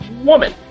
woman